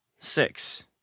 Six